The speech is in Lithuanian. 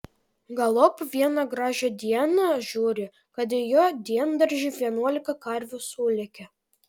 galop vieną gražią dieną žiūri kad į jo diendaržį vienuolika karvių sulėkė